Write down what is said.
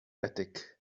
attic